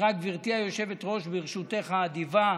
גברתי היושבת-ראש, ברשותך האדיבה,